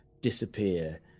disappear